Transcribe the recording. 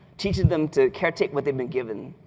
teaches them to care take what they've been given.